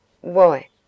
Why